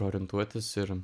orientuotis ir